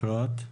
אפרת.